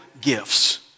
gifts